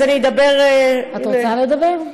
אז אני אדבר, את רוצה לדבר?